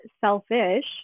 selfish